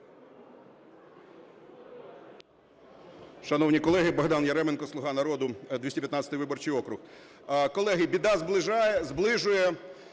Шановні колеги! Богдан Яременко, "Слуга народу", 215-й виборчий округ. Колеги, біда зближує